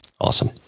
Awesome